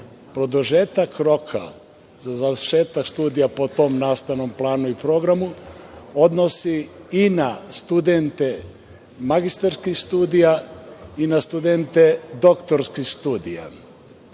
produžetak roka za završetak studija po tom nastavnom planu i programu odnosi i na studente magistarskih studija i na studente doktorskih studija.